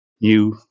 new